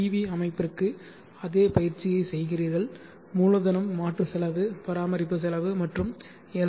we அமைப்புக்கு அதே பயிற்சியைச் செய்கிறீர்கள் மூலதனம் மாற்று செலவு பராமரிப்பு செலவு மற்றும் எல்